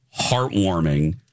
heartwarming